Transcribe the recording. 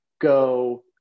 go